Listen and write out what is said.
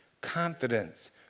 confidence